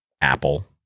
Apple